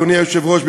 אדוני היושב-ראש,